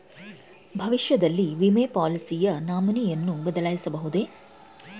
ಭವಿಷ್ಯದಲ್ಲಿ ವಿಮೆ ಪಾಲಿಸಿಯ ನಾಮಿನಿಯನ್ನು ಬದಲಾಯಿಸಬಹುದೇ?